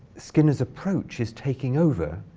skinner's approach is taking over,